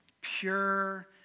pure